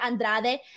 andrade